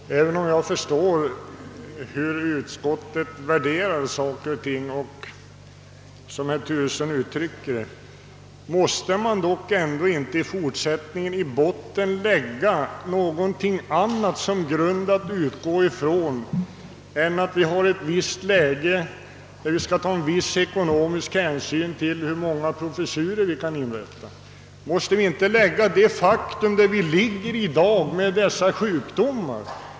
Herr talman! Även om jag förstår hur utskottet värderar saker och ting, undrar jag om man inte i fortsättningen bör lägga någonting annat i botten som grund att utgå ifrån än att vi måste ta viss ekonomisk hänsyn till hur många professurer vi kan inrätta. Måste vi inte ta i beaktande hur vi i dag ligger till beträffande dessa sjukdomar?